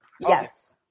yes